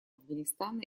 афганистана